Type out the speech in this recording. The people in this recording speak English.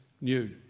new